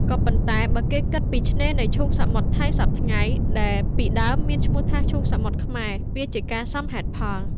ក៏ប៉ុន្តែបើគេគិតពីឆ្នេរនៃឈូងសមុទ្រថៃសព្វថ្ងៃ ដែលពីដើមមាន ឈ្មោះថា ឈូងសមុទ្រខ្មែរ វាជាការសមហេតុផល។